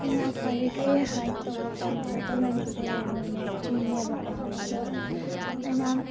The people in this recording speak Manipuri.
ꯑꯩꯅ ꯈ꯭ꯋꯥꯏꯗꯒꯤ ꯍꯥꯏꯛ ꯇꯧꯕ ꯄꯥꯝꯖꯕ ꯂꯝꯁꯦ ꯀꯩꯅꯣꯅꯦ ꯆꯤꯡꯅꯦꯕꯀꯣ ꯑꯗꯣ ꯑꯩꯅ